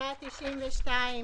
אבל תקנות יכולות לקחת עוד הרבה זמן.